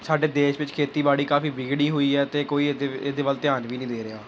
ਸਾਡੇ ਦੇਸ਼ ਵਿੱਚ ਖੇਤੀਬਾੜੀ ਕਾਫੀ ਵਿਗੜੀ ਹੋਈ ਹੈ ਅਤੇ ਕੋਈ ਇਹਦੇ ਇਹਦੇ ਵੱਲ ਧਿਆਨ ਵੀ ਨਹੀਂ ਦੇ ਰਿਹਾ